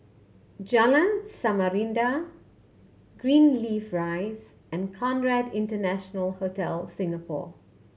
Jalan Samarinda Greenleaf Rise and Conrad International Hotel Singapore